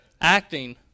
Acting